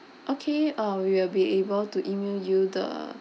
okay uh we will be able to email you the